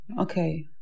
Okay